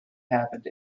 happened